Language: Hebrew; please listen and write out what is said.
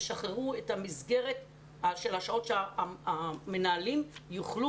תשחררו את מסגרת השעות כדי שהמנהלים יוכלו